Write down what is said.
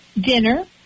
dinner